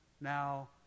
now